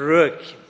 rökin